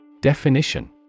Definition